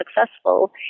successful